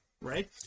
right